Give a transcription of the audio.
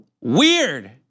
Weird